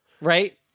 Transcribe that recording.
right